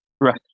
Right